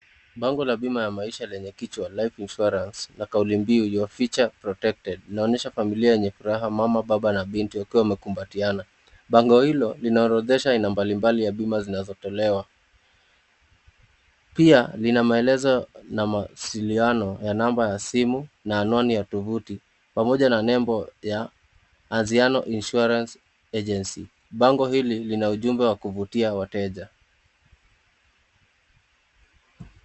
Bango la bima ya maisha lenye kichwa, life insurance na kauli mbiu, your future protected , inaonyesha familia yenye furaha, mama, baba na binti wakiwa wamekumbatiana. Bango hilo linaorodhesha aina mbalimbali ya bima zinazotolewa. Pia, lina maelezo na mawasiliano ya namba ya simu na anwani ya tovuti, pamoja na nembo ya Anziano Insurance Agency. Bango hili lina ujumbe wa kuvutia wateja.